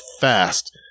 fast